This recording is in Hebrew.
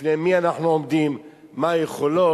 בפני מי אנחנו עומדים, מה היכולות,